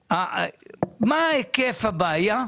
מה היקף הבעיה,